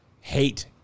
hate